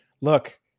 look